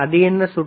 அது என்ன சுற்று